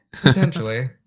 Potentially